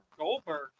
Goldberg